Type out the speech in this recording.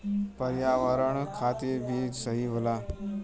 पर्यावरण खातिर भी सही होला